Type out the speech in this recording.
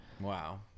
Wow